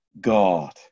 God